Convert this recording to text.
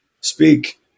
speak